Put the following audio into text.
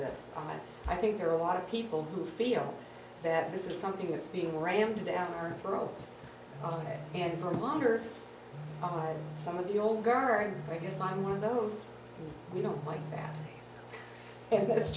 this i think there are a lot of people who feel that this is something that's being rammed down our throats and her longer some of the old guard i guess i'm one of those we don't like that and that's